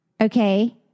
okay